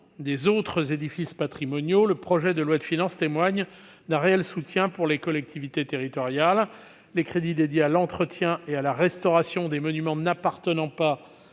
peut être saluée, le projet de loi de finances témoigne d'un réel soutien aux collectivités territoriales. Les crédits affectés à l'entretien et à la restauration des monuments n'appartenant pas